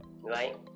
right